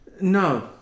no